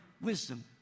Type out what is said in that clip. wisdom